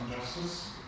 justice